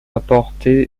apporter